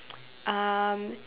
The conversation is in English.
um